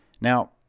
Now